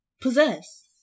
possess